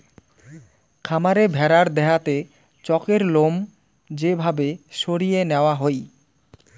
খামারে ভেড়ার দেহাতে চকের লোম যে ভাবে সরিয়ে নেওয়া হই